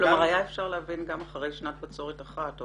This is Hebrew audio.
היה אפשר להבין גם אחרי שנת בצורת אחת או